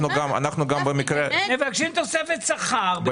מבקשים תוספת שכר.